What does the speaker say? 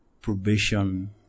probation